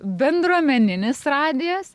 bendruomeninis radijas